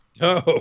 No